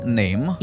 name